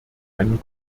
einen